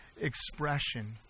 expression